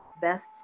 best